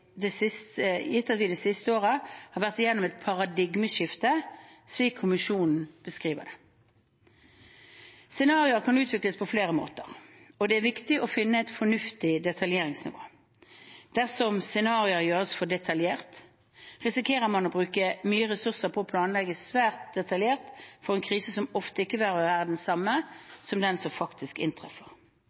det siste året har vært gjennom et paradigmeskifte, slik kommisjonen beskriver det. Scenarioer kan utvikles på flere måter, og det er viktig å finne et fornuftig detaljeringsnivå. Dersom scenarioer gjøres for detaljerte, risikerer man å bruke mye ressurser på å planlegge svært detaljert for en krise som ofte ikke vil være den samme som den som faktisk inntreffer.